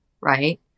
right